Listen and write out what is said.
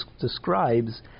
describes